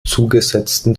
zugesetzten